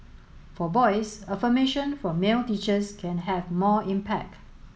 for boys affirmation from male teachers can have more impact